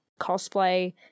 cosplay